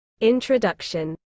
introduction